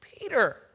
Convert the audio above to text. Peter